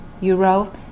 euro